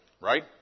right